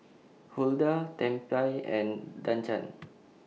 Hulda Tempie and Duncan